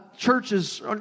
Churches